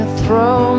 throw